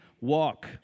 walk